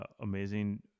amazing